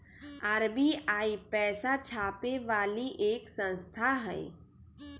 RBI पैसा छापे वाली एक संस्था हई